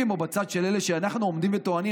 או בצד של אלה שאנחנו עומדים וטוענים,